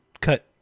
cut